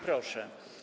Proszę.